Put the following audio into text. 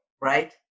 right